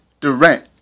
Durant